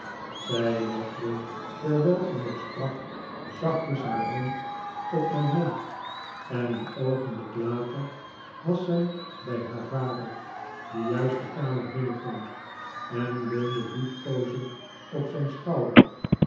zij legde terwijl ik nog sprak zachtjes haar hand op mijn mond en een oogehblik later was zij bij haar vader die juist de kamer binnenkwam en leunde liefkoozend op zijn schouder